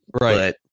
right